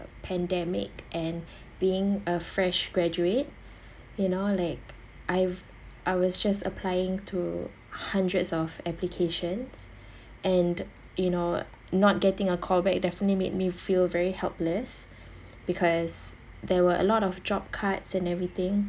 pandemic and being a fresh graduate you know like I've I was just applying to hundreds of applications and you know not getting a call back definitely made me feel very helpless because there were a lot of job cuts and everything